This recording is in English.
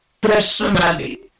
personally